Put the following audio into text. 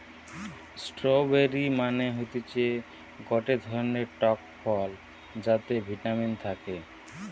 strawberry মানে হতিছে গটে ধরণের টক ফল যাতে ভিটামিন থাকে